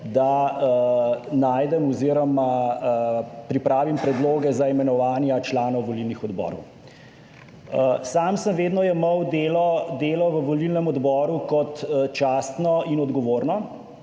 da najdem oziroma pripravim predloge za imenovanja članov volilnih odborov. Sam sem vedno jemal delo v volilnem odboru kot častno in odgovorno.